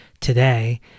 Today